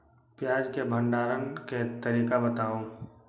प्याज के भंडारण के तरीका बताऊ?